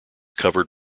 covered